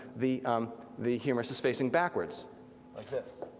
the um the humerus is facing backwards like this.